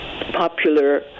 popular